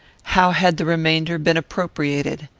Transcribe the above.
how had the remainder been appropriated?